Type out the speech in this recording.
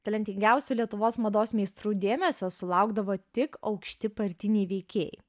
talentingiausių lietuvos mados meistrų dėmesio sulaukdavo tik aukšti partiniai veikėjai